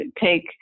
take